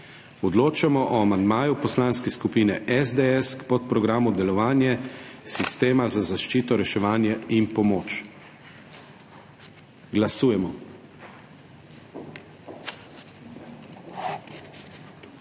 Odločamo o amandmaju Poslanske skupine SDS k podprogramu Delovanje sistema za zaščito, reševanje in pomoč. Glasujemo.